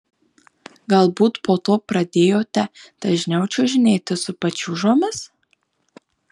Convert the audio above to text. galbūt po to pradėjote dažniau čiuožinėti su pačiūžomis